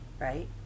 right